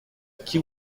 qui